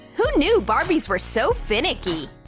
who knew barbies were so finicky!